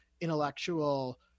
intellectual